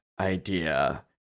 idea